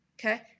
Okay